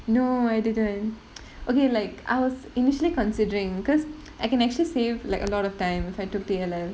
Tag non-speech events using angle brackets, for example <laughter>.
no I didn't <noise> okay like I was initially considering because I can actually save like a lot of time if I took T_L_L